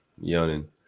yawning